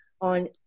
on